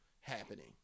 happening